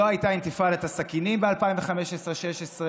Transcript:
לא הייתה אינתיפאדת הסכינים ב-2015 2016,